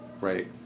Right